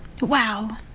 Wow